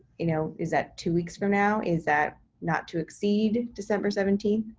you know is that two weeks from now? is that not to exceed december seventeenth?